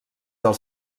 del